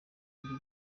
muri